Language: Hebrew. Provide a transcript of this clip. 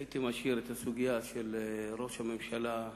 הייתי משאיר את הסוגיה של ראש הממשלה,